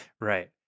right